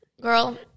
girl